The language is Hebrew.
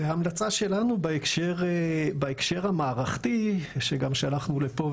והמלצה שלנו בהקשר המערכתי שגם שלחנו לפה,